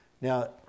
Now